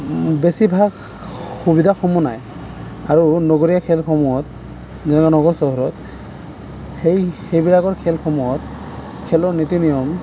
বেছিভাগ সুবিধাসমূহ নাই আৰু নগৰীয়া খেলসমূহত যেনে নগৰ চহৰত সেই সেইবিলাকৰ খেলসমূহত খেলৰ নীতি নিয়ম